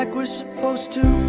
like we're supposed to